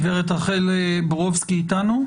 גב' נטע לוי מעמותת איתך